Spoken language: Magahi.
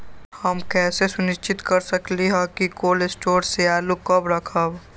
हम कैसे सुनिश्चित कर सकली ह कि कोल शटोर से आलू कब रखब?